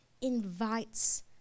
invites